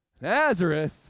Nazareth